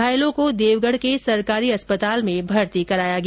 घायलों को देवगढ़ के सरकारी अस्पताल में भर्ती कराया गया